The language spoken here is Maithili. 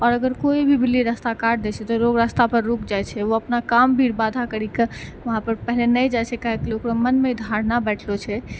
आओर अगर कोइ भी बिल्ली रस्ता काटि दै छै तऽ लोग रस्तापर रुकि जाइ छै ओ अपना काम भी बाधा करिके वहाँपर पहिले नहि जाइ छै काहेके लिए ओकरा मोनमे ई धारणा बैठलऽ छै